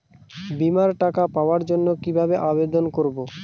বিমার টাকা পাওয়ার জন্য কিভাবে আবেদন করব?